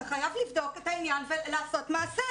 אתה חייב לבדוק את העניין ולעשות מעשה.